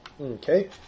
Okay